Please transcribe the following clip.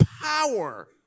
power